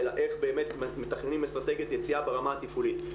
אלא איך באמת מתכננים אסטרטגיית יציאה ברמה התפעולית.